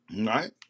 Right